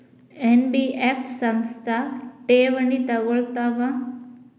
NBF ಸಂಸ್ಥಾ ಠೇವಣಿ ತಗೋಳ್ತಾವಾ?